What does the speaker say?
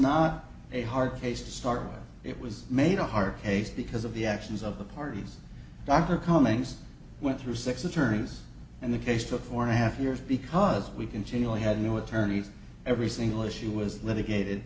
not a hard case to start it was made a hard case because of the actions of the parties dr cummings went through six attorneys and the case took four and a half years because we continually had new attorneys every single issue was litigated